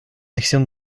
accident